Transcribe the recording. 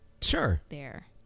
Sure